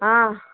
आ